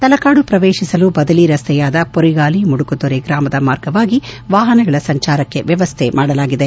ತಲಕಾಡು ಪ್ರವೇಶಿಸಲು ಬದಲಿ ರಸ್ತೆಯಾದ ಪುರಿಗಾಲಿ ಮುಡುಕುತೊರೆ ಗ್ರಾಮದ ಮಾರ್ಗವಾಗಿ ವಾಪನಗಳ ಸಂಚಾರಕ್ಕೆ ವ್ಯವಸ್ಥೆ ಮಾಡಲಾಗಿದೆ